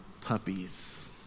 puppies